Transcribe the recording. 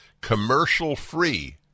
commercial-free